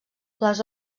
les